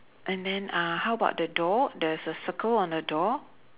and then uh how about the door there's a circle on the door